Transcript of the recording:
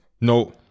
no